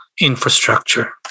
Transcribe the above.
infrastructure